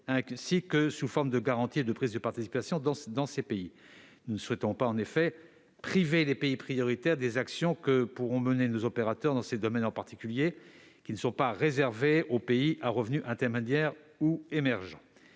ainsi que sous forme de garanties et de prises de participation dans ces pays. Nous ne souhaitons pas, en effet, priver les pays prioritaires des actions que pourront mener nos opérateurs dans ces domaines en particulier, qui ne sont pas réservés aux pays à revenu intermédiaire ou émergents.